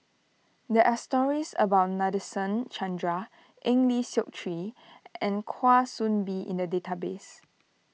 there are stories about Nadasen Chandra Eng Lee Seok Chee and Kwa Soon Bee in the database